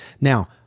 Now